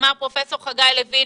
אמר כאן פרופ' חגי לוין,